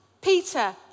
Peter